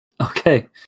Okay